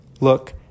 look